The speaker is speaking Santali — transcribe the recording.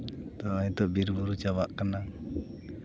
ᱛᱳ ᱱᱤᱛᱚᱜ ᱵᱤᱨᱼᱵᱩᱨᱩ ᱪᱟᱵᱟᱜ ᱠᱟᱱᱟ